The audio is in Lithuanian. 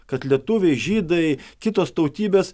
kad lietuviai žydai kitos tautybės